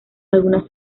algunas